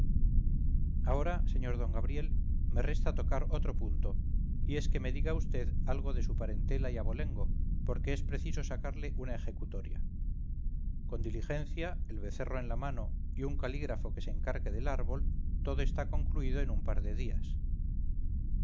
ahora sr d gabriel me resta tocar otro punto y es que me diga vd algo de su parentela y abolengo porque es preciso sacarle una ejecutoria con diligencia el becerro en la mano y un calígrafo que se encargue del árbol todo está concluido en un par de días